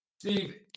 Steve